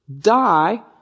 die